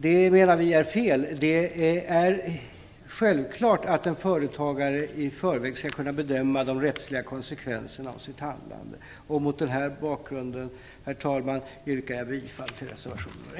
vi menar att det är fel. Det är självklart att en företagare i förväg skall kunna bedöma de rättsliga konsekvenserna av sitt handlande. Mot denna bakgrund, herr talman, yrkar jag bifall till reservationen.